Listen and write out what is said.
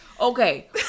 Okay